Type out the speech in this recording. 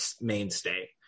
mainstay